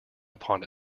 upon